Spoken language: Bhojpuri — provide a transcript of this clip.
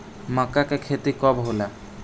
मक्का के खेती कब होला?